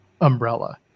umbrella